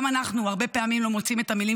גם אנחנו הרבה פעמים לא מוצאים את המילים